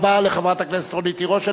תודה רבה לחברת הכנסת רונית תירוש.